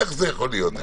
איך זה יכול להיות?